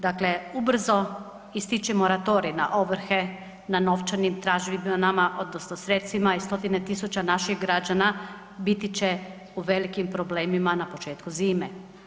Dakle ubrzo ističe moratorij na ovrhe, na novčanim tražbinama odnosno sredstvima i stotine tisuća naših građana biti će u velikim problemima na početku zime.